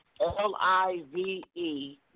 L-I-V-E